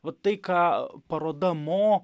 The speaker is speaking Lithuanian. vat tai ką paroda mo